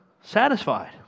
satisfied